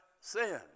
sin